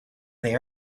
they